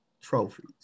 trophies